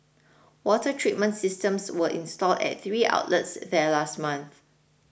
water treatment systems were installed at three outlets there last month